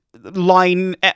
line